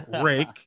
rake